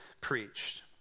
preached